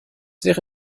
wäre